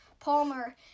Palmer